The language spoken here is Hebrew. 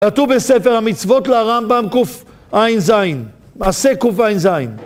כתוב בספר המצוות לרמב״ם קע"ז עשה קע"ז